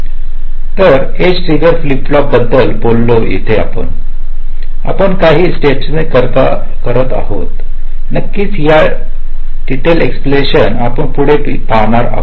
बिरं मी edge trigger flip फ्लॉपबद्दल बोललो येथे आपण काही स्टेटमेंट्स करत आहोत नक्कीच त्यांचा डिटेल एक्सप्लेनेशन आपण पुढे या पाहणार आहोत